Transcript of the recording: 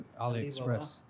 Aliexpress